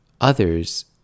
Others